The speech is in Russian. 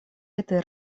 этой